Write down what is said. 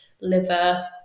liver